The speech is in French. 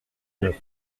neuf